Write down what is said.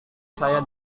saya